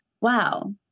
wow